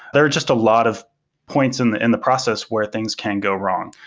there are just a lot of points in the in the process where things can go wrong.